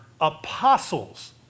apostles